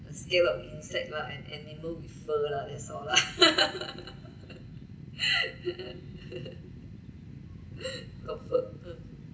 scared of insect lah and animal with fur lah that's all confirm ah